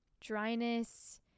dryness